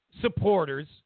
supporters